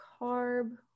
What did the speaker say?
carb